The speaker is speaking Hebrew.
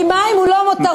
כי מים הם לא מותרות.